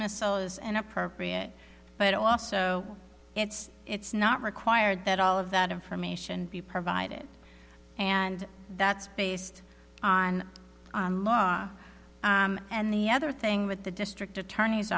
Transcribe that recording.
missile is an appropriate but also it's not required that all of that information be provided and that's based on on law and the other thing with the district attorney's